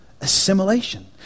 assimilation